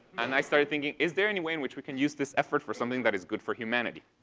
and i started thinking, is there any way in which we can use this effort for something that is good for humanity?